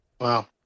Wow